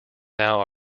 now